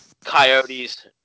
Coyote's